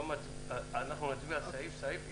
אנחנו נצביע סעיף-סעיף,